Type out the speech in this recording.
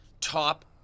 top